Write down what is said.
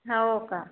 हो का